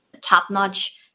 top-notch